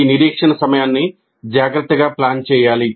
ఈ నిరీక్షణ సమయాన్ని జాగ్రత్తగా ప్లాన్ చేయాలి